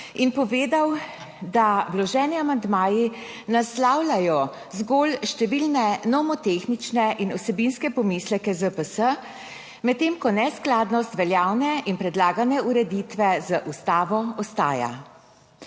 in povedal, da vloženi amandmaji naslavljajo zgolj številne nomotehnične in vsebinske pomisleke ZPS, medtem ko neskladnost veljavne in predlagane ureditve z Ustavo ostaja.